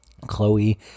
Chloe